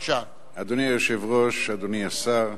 אדוני היושב-ראש, אדוני השר,